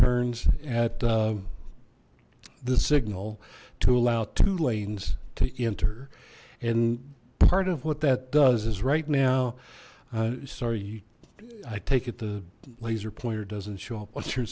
turns at the signal to allow two lanes to enter and part of what that does is right now sorry i take it the laser pointer doesn't show up what's your